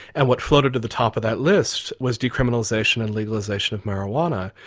and what floated to the top of that list was decriminalisation and legalisation of marijuana,